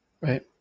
right